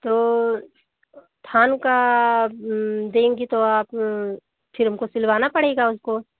तो थान का देंगी तो आप फिर हमको सिलवाना पड़ेगा उसको